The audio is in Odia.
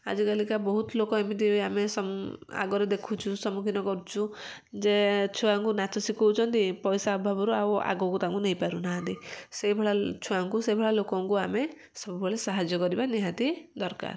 ଆଜିକାଲିକା ବହୁତ ଲୋକ ଏମିତି ଆମେ ସମ୍ ଆଗରେ ଦେଖୁଛୁ ସମ୍ମୁଖୀନ କରୁଛୁ ଯେ ଛୁଆଙ୍କୁ ନାଚ ଶିକୋଉଛନ୍ତି ପଇସା ଅଭାବରୁ ଆଉ ଆଗକୁ ତାଙ୍କୁ ନେଇ ପାରୁନାହାଁନ୍ତି ସେଇ ଭଳିଆ ଛୁଆଙ୍କୁ ସେଇ ଭଳିଆ ଲୋକଙ୍କୁ ଆମେ ସବୁବେଳେ ସାହାଯ୍ୟ କରିବା ନିହାତି ଦରକାର